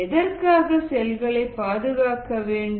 எதற்காக செல்களை பாதுகாக்க வேண்டும்